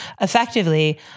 effectively